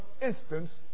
instance